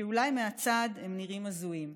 שאולי מהצד הם נראים הזויים.